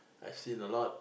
I've seen a lot